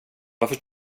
varför